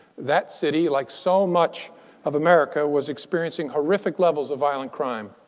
that city, like so much of america, was experiencing horrific levels of violent crime.